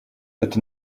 это